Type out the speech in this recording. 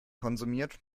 konsumiert